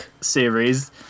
series